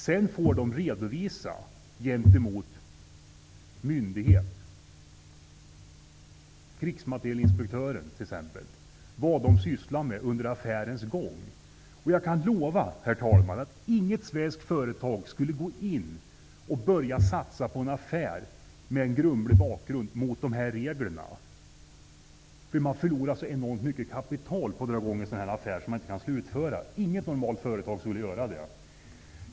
Sedan får de redovisa gentemot myndighet, t.ex. krigsmaterielinspektören, vad de sysslar med under affärens gång. Jag kan lova, herr talman, att inget svenskt företag mot de här reglerna skulle gå in och börja satsa på en affär med en grumlig bakgrund. Man förlorar så enormt mycket kapital på att dra i gång en affär som man inte kan slutföra. Inget normalt företag skulle göra det.